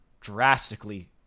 drastically